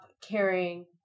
caring